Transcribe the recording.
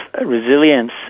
resilience